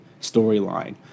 storyline